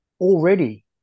already